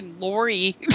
Lori